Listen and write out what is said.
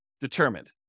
determined